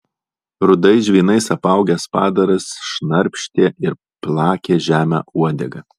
rudais žvynais apaugęs padaras šnarpštė ir plakė žemę uodega